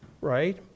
right